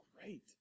great